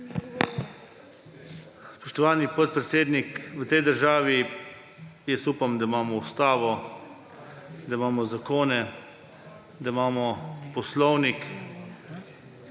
Spoštovani podpredsednik, v tej državi jaz upam, da imamo Ustavo, da imamo zakone, da imamo Poslovnik.